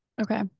Okay